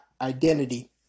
identity